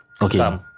okay